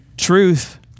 truth